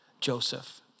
Joseph